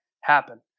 happen